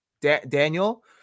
Daniel